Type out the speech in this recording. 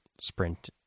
sprint